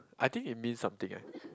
I think it means something eh